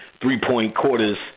three-point-quarters